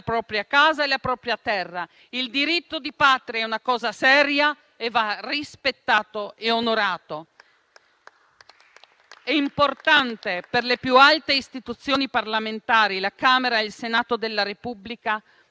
propria casa e la propria terra. Il diritto di Patria è una cosa seria e va rispettato e onorato. È importante per le più alte istituzioni parlamentari, la Camera e il Senato della Repubblica,